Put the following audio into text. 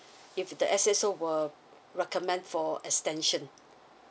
if the S_S_O will recommend for extension